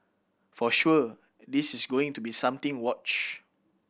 for sure this is going to be something watch